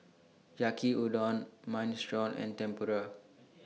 Yaki Udon Minestrone and Tempura